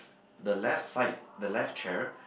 the left side the left chair